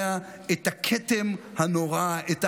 מי